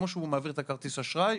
כמו שהוא מעביר את כרטיס האשראי,